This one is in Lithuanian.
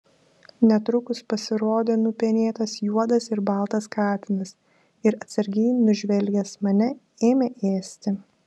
netrukus pasirodė nupenėtas juodas ir baltas katinas ir atsargiai nužvelgęs mane ėmė ėsti